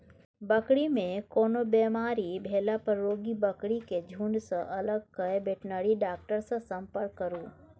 बकरी मे कोनो बेमारी भेला पर रोगी बकरी केँ झुँड सँ अलग कए बेटनरी डाक्टर सँ संपर्क करु